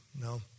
No